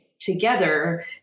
together